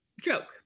joke